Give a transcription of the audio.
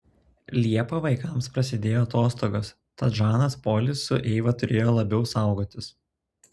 liepą vaikams prasidėjo atostogos tad žanas polis su eiva turėjo labiau saugotis